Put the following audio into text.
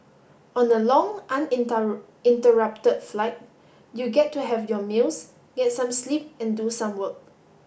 on a long flight you get to have your meals get some sleep and do some work